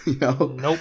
Nope